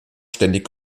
ständig